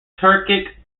turkic